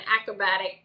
acrobatic